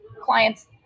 clients